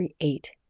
create